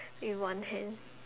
with one hand